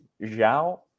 Zhao